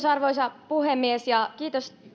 arvoisa puhemies kiitos